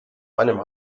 meinem